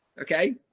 okay